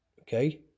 Okay